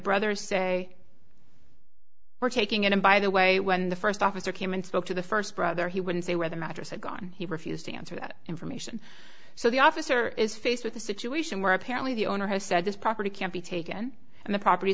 brothers say we're taking it and by the way when the first officer came and spoke to the first brother he wouldn't say where the mattress had gone he refused to answer that information so the officer is faced with a situation where apparently the owner has said this property can't be taken and the propert